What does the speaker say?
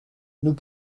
nous